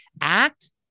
act